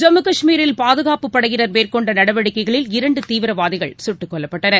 ஜம்மு காஷ்மீரில் பாதுகாப்புப் படையினர் மேற்கொண்ட நடவடிக்கைகளில் இரண்டு தீவிரவாதிகள் சுட்டுக் கொல்லப்பட்டனர்